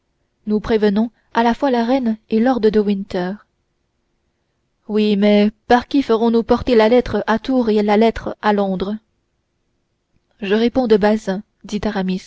nous prévenons à la fois la reine et lord de winter oui mais par qui ferons-nous porter la lettre à tours et la lettre à londres je réponds de bazin